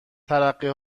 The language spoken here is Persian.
ترقه